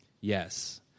Yes